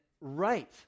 right